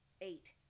Eight